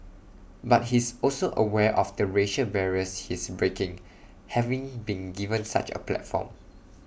but he's also aware of the racial barriers he's breaking having been given such A platform